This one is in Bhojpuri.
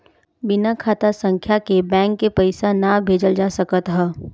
बिना खाता संख्या के बैंक के पईसा ना भेजल जा सकत हअ